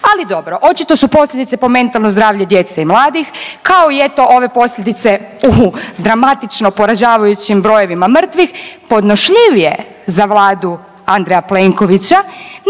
Ali dobro, očito su posljedice po mentalno zdravlje djece i mladih kao i eto ove posljedice u dramatično poražavajućim brojevima mrtvih podnošljivije za Vladu Andreja Plenkovića,